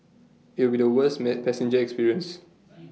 IT would be the worst met passenger experience